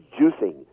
juicing